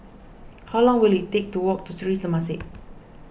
how long will it take to walk to Sri Temasek